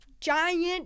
giant